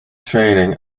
training